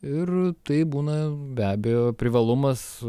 ir tai būna be abejo privalumas